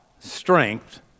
strength